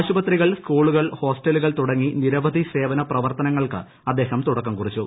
ആശുപത്രികൾ സ്കൂളുകൾ ഹോസ്റ്റലുകൾ തുടങ്ങി നിരവധി സേവന പ്രവർത്തനങ്ങൾക്ക് അദ്ദേഹം തുടക്കം കുറിച്ചു